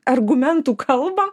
argumentų kalbą